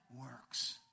works